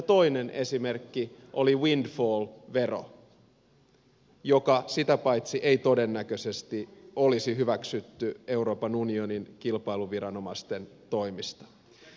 toinen esimerkki oli windfall vero jota sitä paitsi ei todennäköisesti olisi hyväksytty euroopan unionin kilpailuviranomaisten toimesta